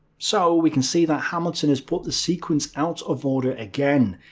so, we can see that hamilton has put the sequence out of order again,